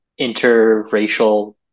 interracial